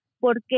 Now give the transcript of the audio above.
porque